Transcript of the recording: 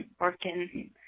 working